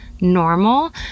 normal